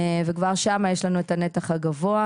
וכבר שם יש לנו את הנתח הגבוה.